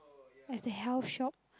at the health shop